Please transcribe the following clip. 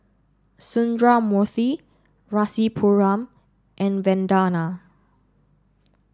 Sundramoorthy Rasipuram and Vandana